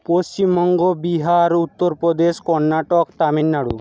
Paschimbanga Bihar Uttar Pradesh Karnataka Tamil Nadu